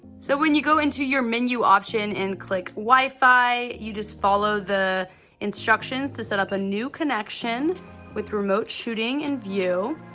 so when you go into your menu option and click wifi, you just follow the instructions to set up a new connection with remote shooting in view.